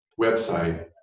website